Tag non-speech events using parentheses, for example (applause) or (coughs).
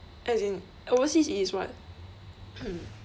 as in overseas it is [what] (coughs)